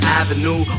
avenue